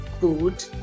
good